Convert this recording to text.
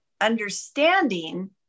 understanding